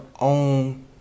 own